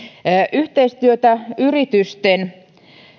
yhteistyötä yritysten